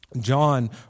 John